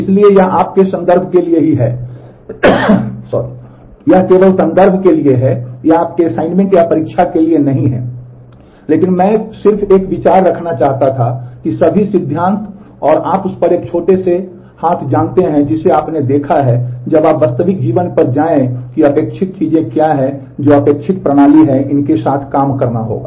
इसलिए यह आपके संदर्भ के लिए ही है यह केवल संदर्भ के लिए है यह आपके असाइनमेंट या परीक्षा के लिए नहीं है लेकिन मैं सिर्फ एक विचार रखना चाहता था कि सभी सिद्धांत और आप उस पर एक छोटे से हाथ जानते हैं जिसे आपने देखा है जब आप वास्तविक जीवन पर जाएं कि अपेक्षित चीजें क्या हैं जो अपेक्षित प्रणाली हैं इसके साथ काम करना होगा